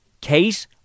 Kate